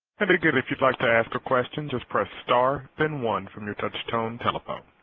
and again if you'd like to ask a question just press star then one from your touchtone telephone.